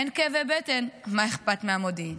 אין כאבי בטן, מה אכפת מהמודיעין.